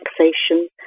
taxation